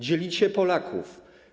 Dzielicie Polaków.